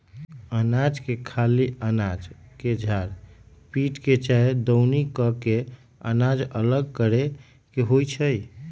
अनाज के खाली अनाज के झार पीट के चाहे दउनी क के अनाज अलग करे के होइ छइ